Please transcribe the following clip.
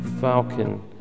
Falcon